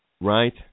right